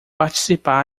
participar